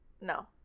No